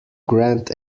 grant